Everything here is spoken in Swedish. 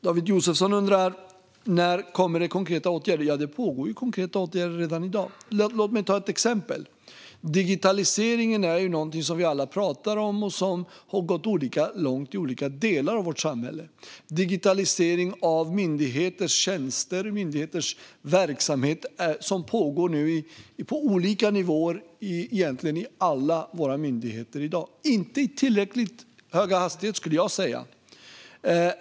David Josefsson undrar när det kommer konkreta åtgärder. Konkreta åtgärder finns och vidtas redan i dag. Låt mig ta ett exempel! Digitaliseringen är något som vi alla pratar om. Den har kommit olika långt i olika delar av vårt samhälle. Digitalisering av myndigheters tjänster och verksamhet pågår i dag på olika nivåer i egentligen alla våra myndigheter, om än inte i tillräckligt hög hastighet, skulle jag säga.